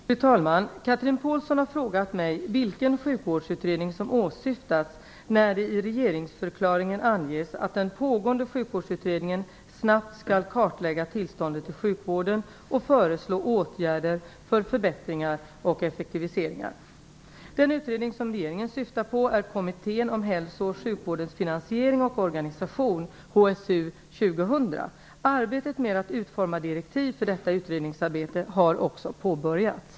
Fru talman! Chatrine Pålsson har frågat mig vilken sjukvårdsutredning som åsyftas när det i regeringsförklaringen anges att den pågående sjukvårdsutredningen snabbt skall kartlägga tillståndet i sjukvården och föreslå åtgärder för förbättringar och effektiviseringar. Den utredning som regeringen syftar på är Kommittén om hälso och sjukvårdens finansiering och organisation, HSU 2000. Arbetet med att utforma direktiv för detta utredningsarbete har också påbörjats.